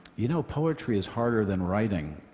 you know, poetry is harder than writing,